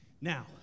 Now